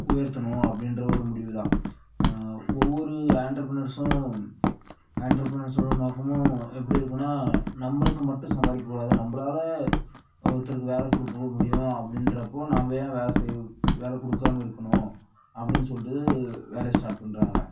உயர்த்தணும் அப்படின்ற ஒரு முடிவு தான் ஒவ்வொரு ஆன்டர்பிரனர்ஸும் ஆன்டர்பிரனர்ஸோடய நோக்கமும் எப்படி இருக்கும்ன்னா நம்மளுக்கு மட்டும் சம்பாதிக்க கூடாது நம்மளால ஒருத்தருக்கு வேலை கொடுக்க முடியும் அப்படின்றப்போ நாம் ஏன் வேலை செய்ய வேலை கொடுக்காம இருக்கணும் அப்படின்னு சொல்லிட்டு வேலையை ஸ்டார்ட் பண்ணுறாங்க